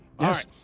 Yes